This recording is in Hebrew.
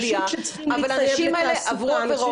אבל האנשים האלה עברו עבירות.